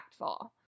impactful